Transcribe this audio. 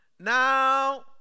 Now